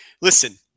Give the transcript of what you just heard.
Listen